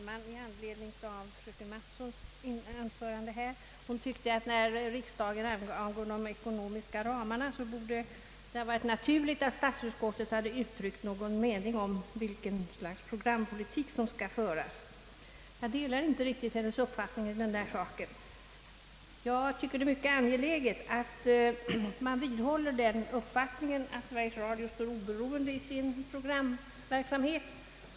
Herr talman! Fröken Mattson tyckte att när riksdagen angav de ekonomiska ramarna borde det ha varit naturligt att statsutskottet hade uttryckt någon mening om vilket slags programpolitik som skall föras. Jag delar inte riktigt hennes uppfattning beträffande detta. Det är mycket angeläget att vidhålla den uppfattningen att Sveriges Radio skall stå oberoende i sin programverksamhet.